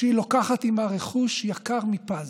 כשהיא לוקחת עימה רכוש יקר מפז: